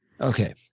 okay